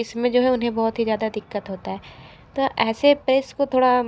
इसमें जो है उन्हें बहुत ही ज़्यादा दिक्कत होता है ताे ऐसे प्रेस को थोड़ा